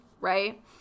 right